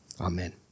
Amen